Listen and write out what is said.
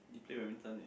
do you play badminton in